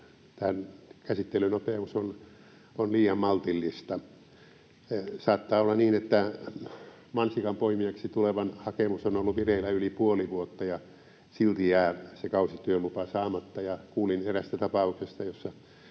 Tämä käsittelynopeus on liian maltillista. Saattaa olla niin, että mansikanpoimijaksi tulevan hakemus on ollut vireillä yli puoli vuotta ja silti jää se kausityölupa saamatta. Kuulin eräästä tapauksesta, jossa